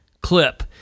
clip